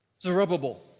Zerubbabel